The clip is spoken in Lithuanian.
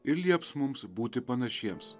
ir lieps mums būti panašiems